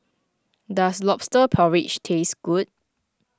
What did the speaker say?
does Lobster Porridge taste good